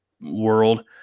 world